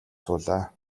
суулаа